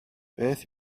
beth